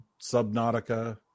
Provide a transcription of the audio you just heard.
Subnautica